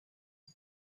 him